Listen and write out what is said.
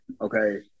okay